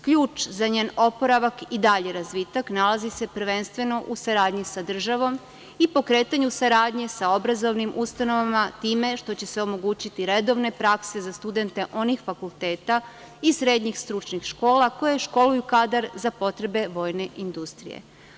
Ključ za njen oporavak i dalji razvitak, nalazi se prvenstveno u saradnji sa državom i pokretanju saradnje sa obrazovnim ustanovama time što će se omogućiti redovne prakse za studente onih fakulteta i srednjih stručnih škola koje školuju kadar za potrebe vojne industrije.